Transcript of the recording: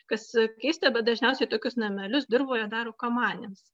kas keista bet dažniausiai tokius namelius dirvoje daro kamanėms